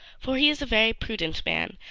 for he is a very prudent man,